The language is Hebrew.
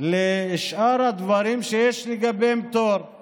לשאר הדברים שיש לגביהם פטור בתיקון